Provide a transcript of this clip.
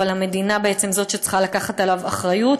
אבל המדינה בעצם היא זאת שצריכה לקחת עליו אחריות.